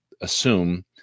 assume